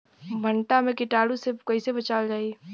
भनटा मे कीटाणु से कईसे बचावल जाई?